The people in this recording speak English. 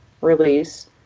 release